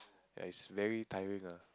ya is very tiring ah